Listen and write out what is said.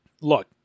look